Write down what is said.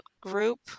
group